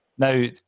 Now